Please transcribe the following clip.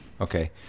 Okay